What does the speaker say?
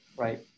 Right